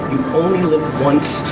only live once.